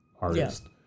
artist